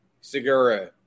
Segura